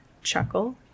chuckle